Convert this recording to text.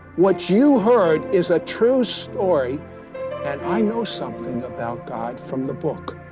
what you heard is a true story and i know something about god from the book,